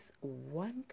one